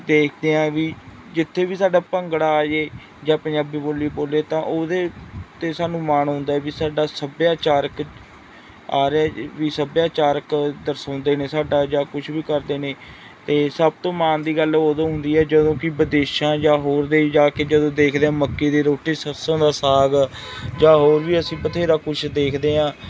ਦੇਖਦੇ ਹਾਂ ਵੀ ਜਿੱਥੇ ਵੀ ਸਾਡਾ ਭੰਗੜਾ ਆ ਜਾਏ ਜਾਂ ਪੰਜਾਬੀ ਬੋਲੀ ਬੋਲੇ ਤਾਂ ਉਹਦੇ 'ਤੇ ਸਾਨੂੰ ਮਾਣ ਹੁੰਦਾ ਵੀ ਸਾਡਾ ਸੱਭਿਆਚਾਰ ਆ ਰਿਹਾ ਵੀ ਸੱਭਿਆਚਾਰਕ ਦਰਸਾਉਂਦੇ ਨੇ ਸਾਡਾ ਜਾਂ ਕੁਛ ਵੀ ਕਰਦੇ ਨੇ ਅਤੇ ਸਭ ਤੋਂ ਮਾਣ ਦੀ ਗੱਲ ਉਦੋਂ ਹੁੰਦੀ ਹੈ ਜਦੋਂ ਕਿ ਵਿਦੇਸ਼ਾਂ ਜਾਂ ਹੋਰ ਦੇਸ਼ ਜਾ ਕੇ ਜਦੋਂ ਦੇਖਦੇ ਹਾਂ ਮੱਕੀ ਦੀ ਰੋਟੀ ਸਰਸੋਂ ਦਾ ਸਾਗ ਜਾਂ ਹੋਰ ਵੀ ਅਸੀਂ ਬਥੇਰਾ ਕੁਛ ਦੇਖਦੇ ਹਾਂ